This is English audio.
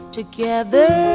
Together